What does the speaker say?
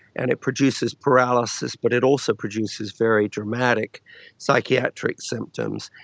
and it produces paralysis but it also produces very dramatic psychiatric symptoms.